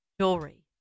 jewelry